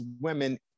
women